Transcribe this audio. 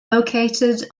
located